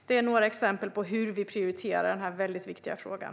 Det är några exempel på hur vi prioriterar den här väldigt viktiga frågan.